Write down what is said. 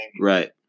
Right